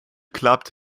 klappt